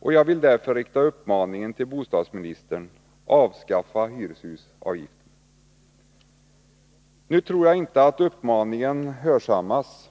och jag vill därför rikta uppmaningen till bostadsministern: Avskaffa hyreshusavgiften! Jag tror emellertid inte att denna uppmaning hörsammas.